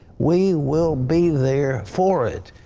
we will be there for it.